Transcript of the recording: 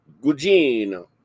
Gugino